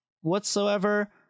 whatsoever